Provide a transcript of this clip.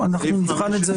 אנחנו נבחן את זה עוד.